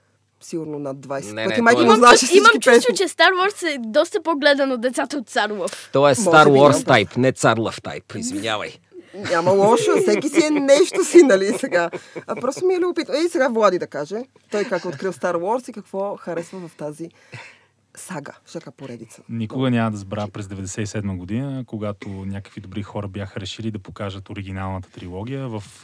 Сигурно над 20 Не, пъти. не, Майка той му е- знаеше Имам- всички имам чувство, песни. че Стар Уорс е доста по-гледан от децата от Цар Лъв. Той е Може Стар би Уорс няма пъс- type, не Цар Лъв type, извинявай. Няма лошо, всеки си е нещо си, нали, сега. А просто ми е любопитно. И сега Влади да каже, той как е открил Стар Уорс и какво харесва в тази сага, всяка поредица. Никога Много няма да интересно забравя звучи. през 97-ма година, когато някакви добри хора бяха решили да покажат оригиналната трилогия в-